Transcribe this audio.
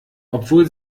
obwohl